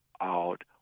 out